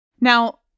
Now